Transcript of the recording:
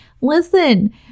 listen